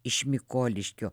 iš mikoliškio